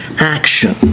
action